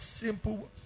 simple